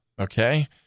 okay